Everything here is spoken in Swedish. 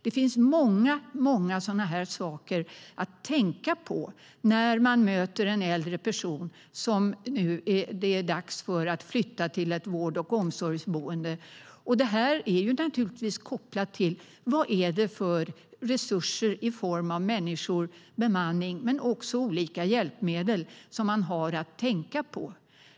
Det finns många sådana här saker att tänka på när man möter en äldre person som det nu är dags för att flytta till ett vård och omsorgsboende. Det här är naturligtvis kopplat till vad det är för resurser i form av bemanning, men det är också olika hjälpmedel man har att tänka på.